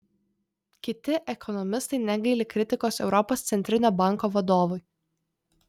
kiti ekonomistai negaili kritikos europos centrinio banko vadovui